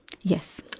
Yes